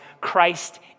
Christ